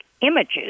images